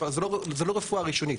לא רפואה ראשונית,